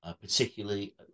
particularly